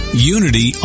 Unity